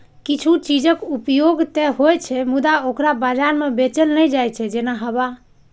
किछु चीजक उपयोग ते होइ छै, मुदा ओकरा बाजार मे बेचल नै जाइ छै, जेना हवा